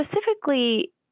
specifically